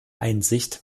einsicht